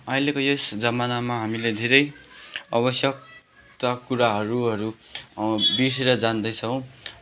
अहिलेको यस जमानामा हामीले धेरै आवश्यकता कुराहरू हरू बिर्सेर जाँदैछौँ